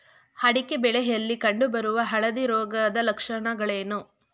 ಅಡಿಕೆ ಬೆಳೆಯಲ್ಲಿ ಕಂಡು ಬರುವ ಹಳದಿ ರೋಗದ ಲಕ್ಷಣಗಳೇನು?